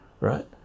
right